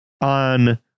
on